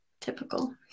Typical